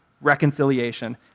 reconciliation